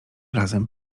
razem